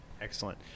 Excellent